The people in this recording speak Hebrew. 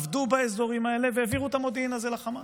עבדו באזורים האלה והעבירו את המודיעין הזה לחמאס.